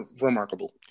remarkable